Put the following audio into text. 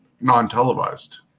non-televised